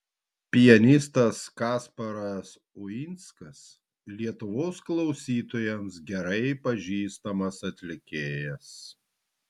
pianistas kasparas uinskas lietuvos klausytojams gerai pažįstamas atlikėjas